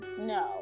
no